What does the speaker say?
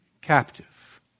captive